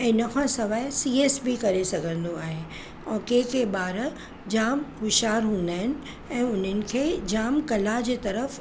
ऐं इन खां सवाइ सीएस बि करे सघंदो आहे ऐं के के ॿार जाम होश्यारु हूंदा आहिनि ऐं उन्हनि खे जाम कला जे तर्फ़ु